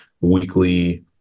weekly